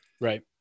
Right